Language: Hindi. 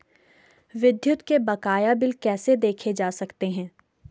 विद्युत के बकाया बिल कैसे देखे जा सकते हैं?